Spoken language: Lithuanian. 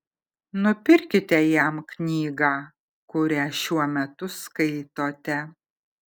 nupirkite jam knygą kurią šiuo metu skaitote